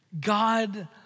God